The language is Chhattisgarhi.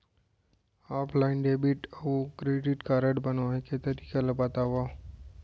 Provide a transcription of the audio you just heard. ऑफलाइन डेबिट अऊ क्रेडिट कारड बनवाए के तरीका ल बतावव?